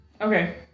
Okay